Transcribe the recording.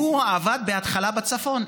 הוא עבד בהתחלה בצפון,